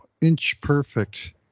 inch-perfect